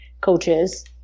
coaches